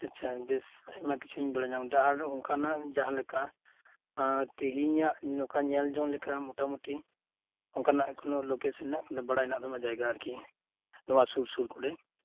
ᱟᱪᱪᱷᱟ ᱟᱪᱪᱷᱟ ᱵᱮᱥ ᱟᱭᱢᱟ ᱠᱤᱪᱷᱩᱧ ᱵᱟᱲᱟᱭ ᱧᱟᱢ ᱠᱮᱫᱟ ᱟᱨ ᱚᱱᱠᱟᱱᱟᱜ ᱡᱟᱦᱟᱸᱞᱮᱠᱟ ᱛᱤᱦᱤᱧᱟᱜ ᱧᱮᱞᱡᱚᱝ ᱞᱮᱠᱟ ᱢᱳᱴᱟᱢᱩᱴᱤ ᱚᱱᱠᱟᱜ ᱡᱟᱦᱟᱱ ᱠᱳᱱᱳ ᱞᱳᱠᱮᱥᱚᱱ ᱵᱟᱲᱟᱭ ᱦᱮᱱᱟᱜ ᱛᱟᱢᱟ ᱡᱟᱭᱜᱟ ᱟᱨᱠᱤ ᱱᱚᱶᱟ ᱥᱳᱨᱼᱥᱳᱨ ᱠᱚᱨᱮ